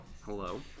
Hello